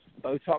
Botox